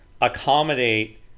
accommodate